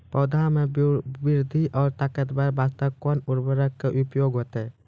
पौधा मे बृद्धि और ताकतवर बास्ते कोन उर्वरक के उपयोग होतै?